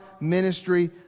ministry